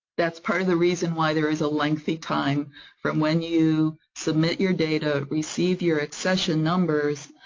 that's part of the reason why there is a lengthy time from when you submit your data, receive your accession numbers,